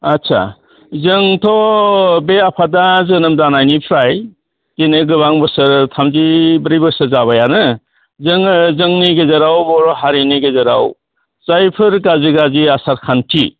आदसा जोंथ' बे आफादा जोनोम जानायनिफ्राय दिनै गोबां बोसोर थामजिब्रै बोसोर जाबायानो जोङो जोंनि गेजेराव बर' हारिनि गेजेराव जायफोर गाज्रि गाज्रि आसार खान्थि